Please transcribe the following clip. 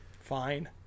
fine